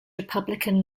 republican